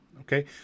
okay